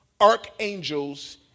archangels